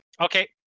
Okay